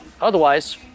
Otherwise